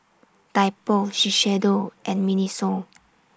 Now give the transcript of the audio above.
Typo Shiseido and Miniso